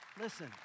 Listen